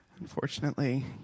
Unfortunately